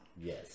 Yes